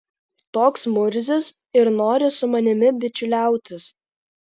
toks murzius ir nori su manimi bičiuliautis